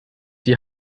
die